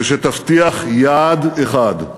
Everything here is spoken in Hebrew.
ושתבטיח יעד אחד,